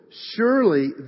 Surely